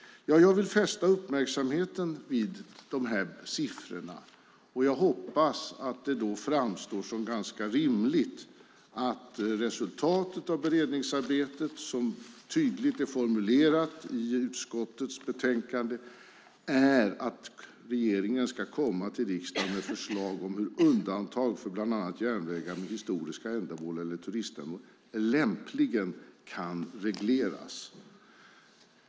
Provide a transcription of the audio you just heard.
Jag vill fästa uppmärksamheten på de här siffrorna och hoppas att det då framstår som ganska rimligt att resultatet av beredningsarbetet, som är tydligt formulerat i utskottets betänkande, är att regeringen ska komma till riksdagen med förslag om hur undantag för bland annat järnvägar med historiska ändamål eller turismändamål lämpligen kan regleras.